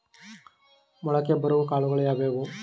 ಮೊಳಕೆ ಬರುವ ಕಾಳುಗಳು ಯಾವುವು?